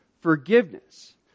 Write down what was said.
forgiveness